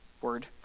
word